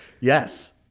Yes